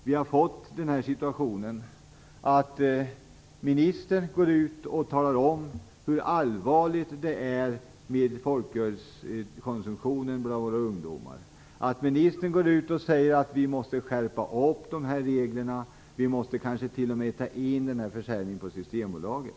Vi har fått en situation där ministern går ut och talar om hur allvarlig folkölskonsumtionen bland våra ungdomar är och att vi måste skärpa reglerna och kanske t.o.m. ta in försäljningen på Systembolaget.